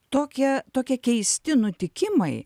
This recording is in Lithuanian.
tokie tokie keisti nutikimai